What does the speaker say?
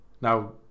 Now